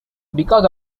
because